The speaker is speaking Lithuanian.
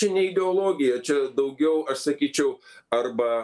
čia ne ideologija čia daugiau aš sakyčiau arba